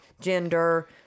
gender